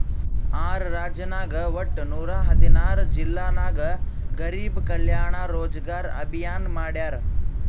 R ರಾಜ್ಯನಾಗ್ ವಟ್ಟ ನೂರಾ ಹದಿನಾರ್ ಜಿಲ್ಲಾ ನಾಗ್ ಗರಿಬ್ ಕಲ್ಯಾಣ ರೋಜಗಾರ್ ಅಭಿಯಾನ್ ಮಾಡ್ಯಾರ್